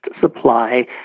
supply